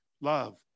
love